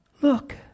Look